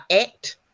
Act